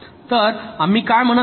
तर आम्ही काय म्हणत आहोत